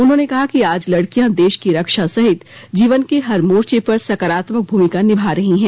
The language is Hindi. उन्होंने कहा कि आज लडकियां देश की रक्षा सहित जीवन के हर मोर्चे पर सकारात्मक भूमिका निभा रही हैं